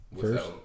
first